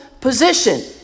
position